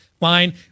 line